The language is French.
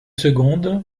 secondes